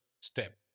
step